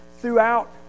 throughout